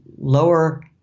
lower